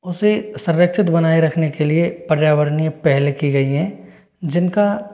उसे संरक्षित बनाए रखने के लिए पर्यावरणीय पहले की गई है जिनका